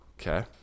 Okay